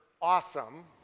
awesome